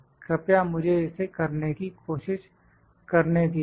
कृपया मुझे इसे करने की कोशिश करने दीजिए